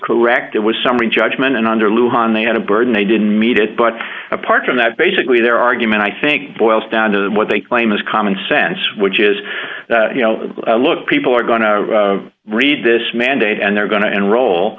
correct it was summary judgment and under lou one they had a burden they didn't meet it but apart from that basically their argument i think boils down to what they claim is common sense which is you know look people are going to read this mandate and they're going to enroll